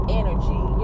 energy